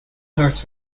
hurts